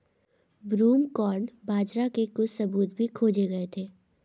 broomcorn बाजरा के कुछ सबूत भी खोजे गए थे